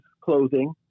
clothing